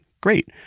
great